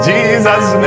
Jesus